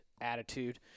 attitude